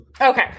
Okay